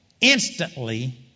instantly